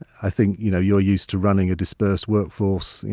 i think you know you're used to running a dispersed workforce,